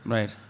Right